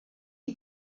est